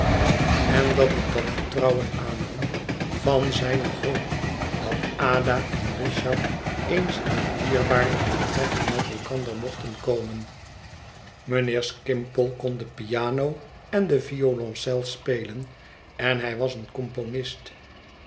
en dat ik dat vertrouwen aannam van zijne hoop dat ada en richard eens in dierbaarder betrekking met elkander mochten komen mijnheer skimpole kon de piano en de violoncel spelen en hij was een componist